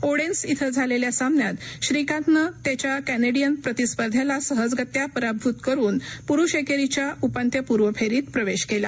Odense इथं झालेल्या सामन्यात श्रीकांतनं त्याच्या कॅनेडियन प्रतिस्पर्ध्याला सहजगत्या पराभत करून पुरुष एकेरीच्या उपान्त्य पूर्व फेरीत प्रवेश केला